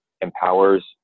empowers